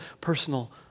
personal